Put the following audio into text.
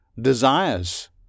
desires